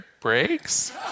breaks